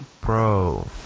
Bro